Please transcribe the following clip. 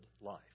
life